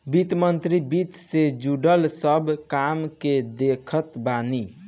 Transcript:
वित्त मंत्री वित्त से जुड़ल सब काम के देखत बाने